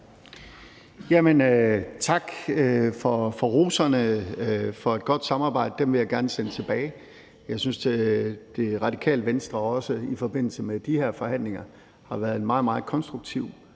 Tak for roserne og for et godt samarbejde. Dem vil jeg gerne sende tilbage. Jeg synes, Radikale Venstre også i forbindelse med de her forhandlinger har været en meget, meget konstruktiv